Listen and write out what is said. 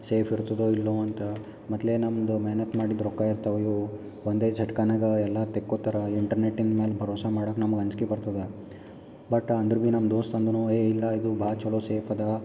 safe ಇರ್ತದೋ ಇಲ್ಲೋ ಅಂತ ಮೊದಲೇ ನಮ್ದು ಮೆಹನತ್ ಮಾಡಿದ ರೊಕ್ಕ ಇರ್ತವ ಇವು ಒಂದೇ ಜಟ್ಕಾನಾಗ ಎಲ್ಲ ತಕ್ಕೋತರ ಇಂಟ್ರ್ನೇಟಿನ ಮೇಲೆ ಭರವಸ ಮಾಡೋಕ್ ನಮ್ಗೆ ಅಂಜಿಕೆ ಬರ್ತದ ಬಟ್ ಅಂದ್ರೆ ಬಿ ನಮ್ಮ ದೋಸ್ತ್ ಅಂದನು ಏ ಇಲ್ಲ ಇದು ಭಾಳ್ ಚಲೋ ಸೇಫ್ ಅದ